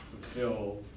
fulfill